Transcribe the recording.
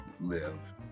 live